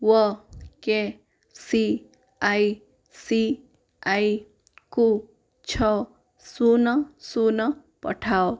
O K C I C I କୁ ଛଅ ଶୂନ ଶୂନ ପଠାଅ